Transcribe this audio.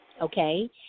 Okay